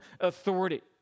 authority